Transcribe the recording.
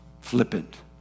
flippant